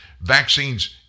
vaccines